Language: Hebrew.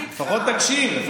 לפחות תקשיב.